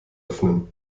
öffnen